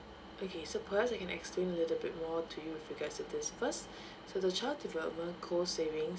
okay so perhaps I can explain a little bit more to you with regards to this first so the child development co savings